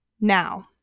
Now